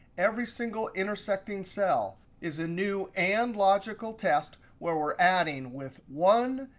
every single intersecting cell is a new and logical test where we're adding with one,